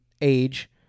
age